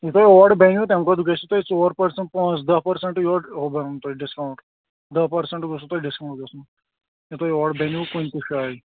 یہِ تۅہہِ اورٕ بَنہِ تَمہِ کھۅتہٕ گژھِ تۅہہِ ژور پٔرسنٹ پانٛژ دَہ پٔرسنٹہٕ گژھَن تۅہہِ ڈِسکاوُنٛٹ دَہ پٔرسنٹ گژھوٕ تۅہہِ ڈِسکاوُنٛٹ گژھُن یہِ تۅہہِ اوٗرٕ بَنوٕ کُنہِ تہِ جایہِ